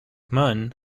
mun